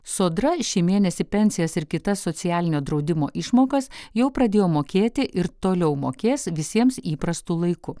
sodra šį mėnesį pensijas ir kitas socialinio draudimo išmokas jau pradėjo mokėti ir toliau mokės visiems įprastu laiku